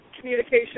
communication